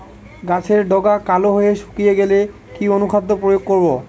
গাছের ডগা কালো হয়ে শুকিয়ে গেলে কি অনুখাদ্য প্রয়োগ করব?